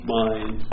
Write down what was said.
mind